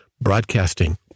broadcasting